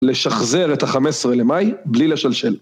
לשחזר את ה-15 למאי בלי לשלשל.